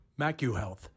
MacuHealth